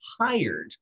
hired